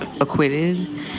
acquitted